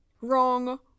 wrong